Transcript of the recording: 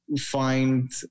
find